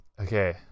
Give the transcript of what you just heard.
Okay